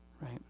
Right